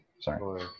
Sorry